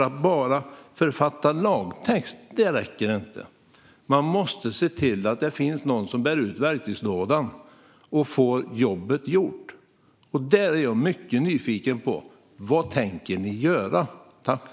Att bara författa lagtext räcker inte. Man måste se till att det finns någon som bär ut verktygslådan och får jobbet gjort. Jag är mycket nyfiken på vad ni tänker göra här.